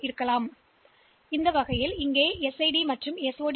எனவே அந்த வழியில் இந்த 2 பின்ஸ் SID மற்றும் SOD